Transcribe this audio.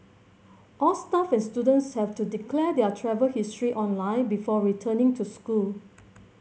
all staff and students have to declare their travel history online before returning to school